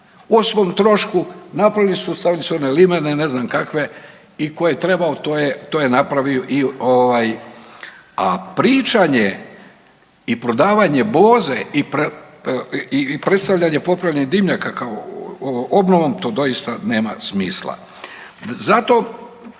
O svom trošku napravili su, stavili su one limene, ne znam kakve i tko je trebao to je napravio, a pričanje i prodavanje boze i predstavljanje popravljanja dimnjaka kao obnovom to doista nema smisla. Zato